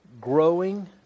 growing